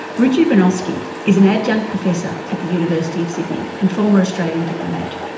richard broinowski, is an adjunct professor at the university of sydney, and former australian diplomat.